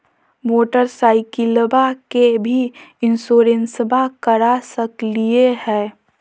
मोटरसाइकिलबा के भी इंसोरेंसबा करा सकलीय है?